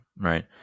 right